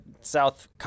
south